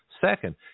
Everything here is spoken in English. Second